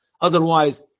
Otherwise